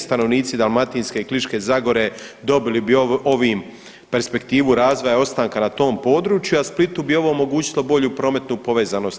Stanovnici Dalmatinske i Kliške zagore dobili bi ovim perspektivu razvoja ostanka na tom području, a Splitu bi ovo omogućilo bolju prometnu povezanost.